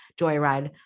joyride